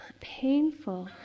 painful